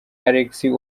alexis